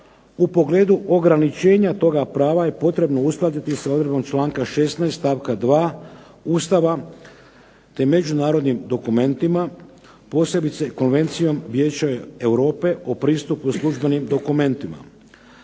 u pogledu ograničenja toga prava je potrebno uskladiti sa odredbom članka 16. stavka 2. Ustava, te međunarodnim dokumentima te posebice Konvencijom Vijeća Europe o pristupu službenim dokumentima.